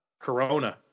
Corona